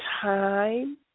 time